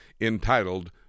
entitled